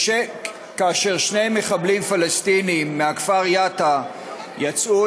כאשר שני מחבלים פלסטינים מהכפר יטא יצאו